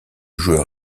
joueur